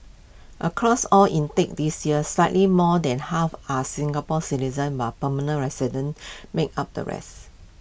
across all intakes this year slightly more than half are Singapore citizens while permanent residents make up the rest